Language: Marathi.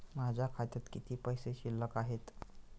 माझ्या खात्यात किती पैसे शिल्लक आहेत?